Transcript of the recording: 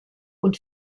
und